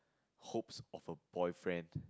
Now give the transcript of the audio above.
hopes of a boyfriend